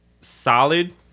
solid